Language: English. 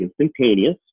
instantaneous